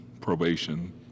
probation